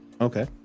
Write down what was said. Okay